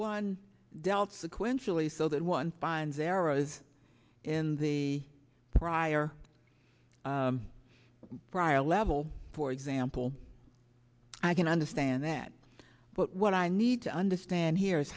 one doubts sequentially so that one finds errors in the prior prior level for example i can understand that but what i need to understand here